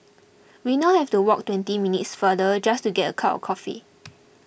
we now have to walk twenty minutes farther just to get a cup of coffee